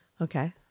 Okay